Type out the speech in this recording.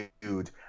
dude